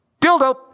Dildo